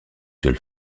seule